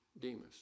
Demas